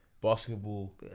basketball